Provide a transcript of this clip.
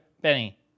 Benny